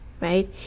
right